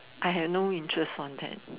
I have no interest on that